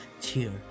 tear